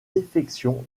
défections